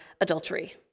adultery